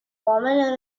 woman